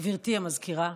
גברתי המזכירה,